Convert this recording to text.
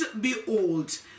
behold